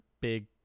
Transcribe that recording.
big